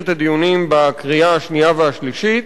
הדיונים לקראת הקריאה השנייה והשלישית,